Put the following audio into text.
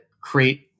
create